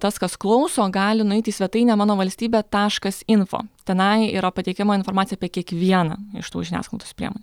tas kas klauso gali nueiti į svetainę mano valstybė taškas info tenai yra pateikiama informacija apie kiekvieną iš tų žiniasklaidos priemonių